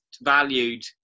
valued